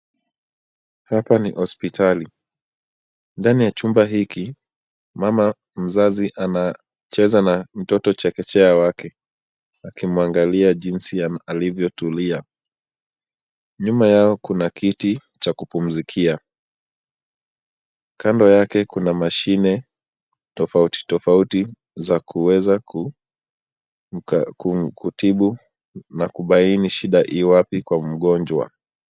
Hapa ni hospitali. Ndani ya chumba hiki, mama mzazi anacheza na mtoto chekechea wake akimwangalia jinsi alivyotulia. Nyuma yao kuna kiti cha kupumzikia. Kando yake kuna mashine tofauti tofauti za kuweza kutibu na kubaini shida iwapi kwa mgonjwa.